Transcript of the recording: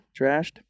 Trashed